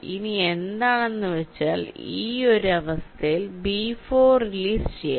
ഇനി എന്താണെന്ന് വച്ചാൽ ഈ ഒരു അവസ്ഥയിൽ B4 റിലീസ് ചെയ്യാം